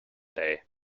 day